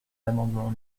l’amendement